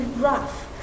rough